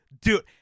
dude